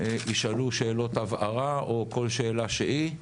ישאלו שאלות הבהרה או כל שאלה שהיא,